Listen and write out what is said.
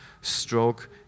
stroke